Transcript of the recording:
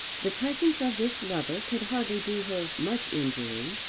the presence of this lover could hardly do her much injury.